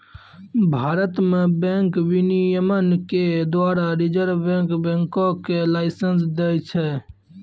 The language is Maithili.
भारत मे बैंक विनियमन के द्वारा रिजर्व बैंक बैंको के लाइसेंस दै छै